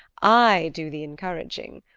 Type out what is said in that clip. i do the encouraging.